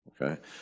okay